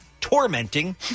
tormenting